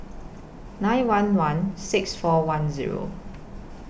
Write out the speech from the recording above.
nine one one six four one Zero